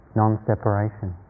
non-separation